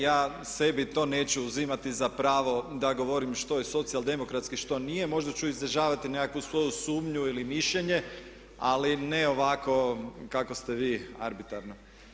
Ja sebi to neću uzimati za pravo da govorim što je socijaldemokratski što nije, možda ću izražavati nekakvu svoju sumnju ili mišljenje ali ne ovako kako ste vi arbitarno.